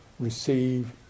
receive